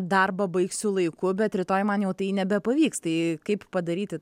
darbą baigsiu laiku bet rytoj man jau tai nebepavyks tai kaip padaryti